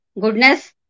goodness